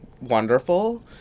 wonderful